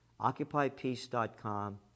OccupyPeace.com